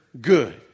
good